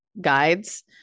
guides